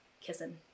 kissing